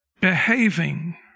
Behaving